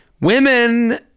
women